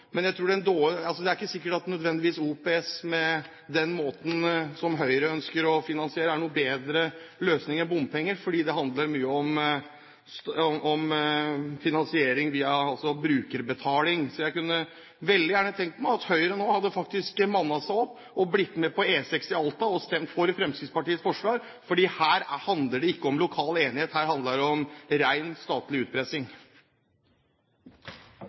Men det er ikke nødvendigvis sikkert at OPS, den måten som Høyre ønsker å finansiere på, er noen bedre løsning enn bompenger, fordi det handler mye om finansiering via brukerbetaling. Så jeg kunne veldig gjerne tenkt meg at Høyre nå hadde mannet seg opp og stemt for Fremskrittspartiets forslag om E6 i Alta, for her handler det ikke om lokal enighet. Her handler det om ren statlig utpressing.